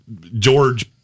george